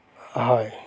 হয়